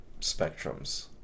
spectrums